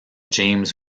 james